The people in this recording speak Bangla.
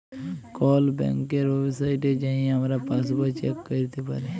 কল ব্যাংকের ওয়েবসাইটে যাঁয়ে আমরা পাসবই চ্যাক ক্যইরতে পারি